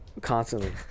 constantly